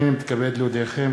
הנני מתכבד להודיעכם,